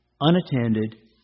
unattended